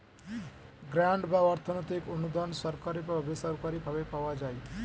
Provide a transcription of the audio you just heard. grant বা অর্থনৈতিক অনুদান সরকারি বা বেসরকারি ভাবে পাওয়া যায়